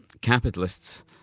capitalists